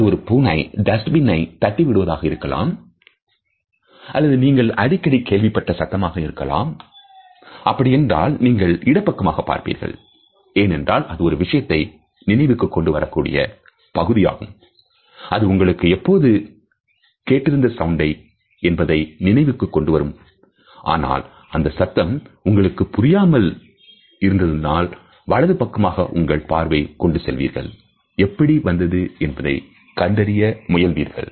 அது ஒரு பூனை டஸ்ட்பினை தட்டி விடுவதாக இருக்கலாம் அல்லது நீங்கள் அடிக்கடி கேள்விப்பட்ட சத்தமாக இருக்கலாம் அப்படி என்றால் நீங்கள் இடப்பக்கமாக பார்ப்பீர்கள் ஏனென்றால் அது ஒரு விஷயத்தை நினைவுக்குக் கொண்டு வரக்கூடிய பகுதியாகும் அது உங்களுக்கு எப்போது கேட்டிருந்த சவுண்டை என்பதை நினைவுக்கு கொண்டுவரும் ஆனால் அந்த சத்தம் உங்களுக்கு புரியாமல் இருந்தாள்நீங்கள் வலது பக்கமாக உங்கள் பார்வையை கொண்டு செல்வீர்கள் எப்படி வந்தது என்பதை கண்டறிய முயல்வீர்கள்